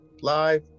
live